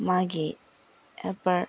ꯃꯥꯒꯤ ꯍꯦꯜꯄꯔ